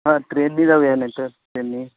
हां ट्रेनने जाऊया नाही तर ट्रेनने